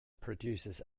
produces